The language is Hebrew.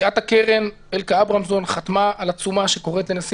נשיאת הקרן אלקה אברמזון חתמה על עצומה שקוראת לנשיא